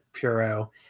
puro